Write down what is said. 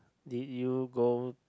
did you go